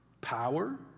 power